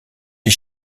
les